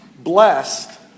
Blessed